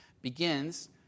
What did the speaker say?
begins